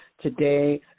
today